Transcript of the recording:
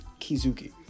Kizuki